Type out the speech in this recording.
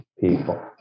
people